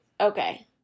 okay